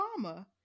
Obama